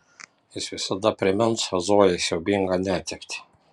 jis visada primins zojai siaubingą netektį